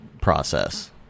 process